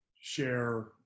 Share